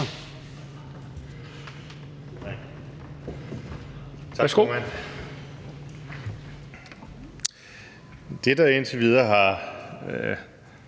SF. Værsgo.